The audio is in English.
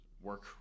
work